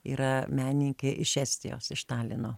yra menininkė iš estijos iš talino